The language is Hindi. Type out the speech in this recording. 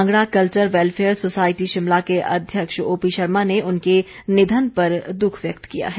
कांगड़ा कल्वर वेल्फेयर सोसायटी शिमला के अध्यक्ष ओपी शर्मा ने उनके निधन पर दुःख व्यक्त किया है